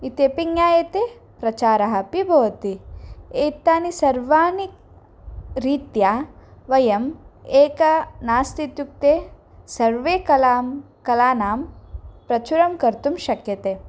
इत्यपि ज्ञायते प्रचारः अपि भवति एतानि सर्वाणि रीत्या वयम् एकं नास्ति इत्युक्ते सर्वे कलां कलानां प्रचुरं कर्तुं शक्यते